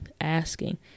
asking